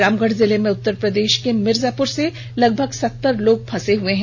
रामगढ़ जिले में उत्तर प्रदेष के र्मिर्जापुर से लगभग सत्तर लोग फंसे हुए हैं